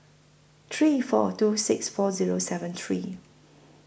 three four two six four Zero seven three